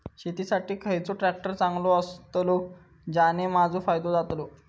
शेती साठी खयचो ट्रॅक्टर चांगलो अस्तलो ज्याने माजो फायदो जातलो?